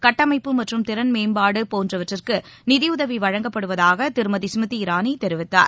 கட்டமைப்பு மற்றும் திறன் மேம்பாடு போன்றவற்றுக்கு நிதியுதவி வழங்கப்படுவதாக திருமதி ஸ்மிருதி இரானி தெரிவித்தார்